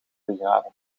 begraven